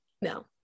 No